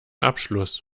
abschluss